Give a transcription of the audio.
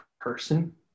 person